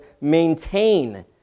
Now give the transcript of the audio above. maintain